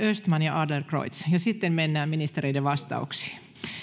östman ja adlercreutz sitten mennään ministereiden vastauksiin